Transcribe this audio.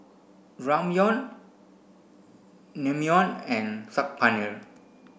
Ramyeon Naengmyeon and Saag Paneer